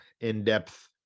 in-depth